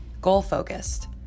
goal-focused